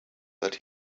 that